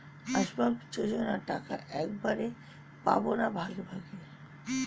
আবাস যোজনা টাকা একবারে পাব না ভাগে ভাগে?